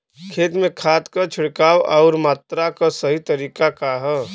खेत में खाद क छिड़काव अउर मात्रा क सही तरीका का ह?